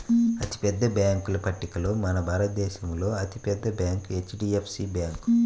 అతిపెద్ద బ్యేంకుల పట్టికలో మన భారతదేశంలో అతి పెద్ద బ్యాంక్ హెచ్.డీ.ఎఫ్.సీ బ్యాంకు